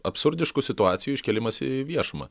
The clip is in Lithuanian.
absurdiškų situacijų iškėlimas į viešumą